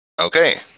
Okay